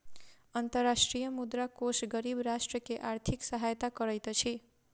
अंतर्राष्ट्रीय मुद्रा कोष गरीब राष्ट्र के आर्थिक सहायता करैत अछि